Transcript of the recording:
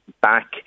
back